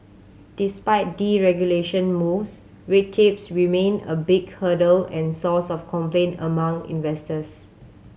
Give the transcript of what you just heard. despite deregulation moves red tapes remain a big hurdle and source of complaint among investors